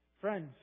friends